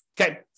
Okay